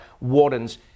wardens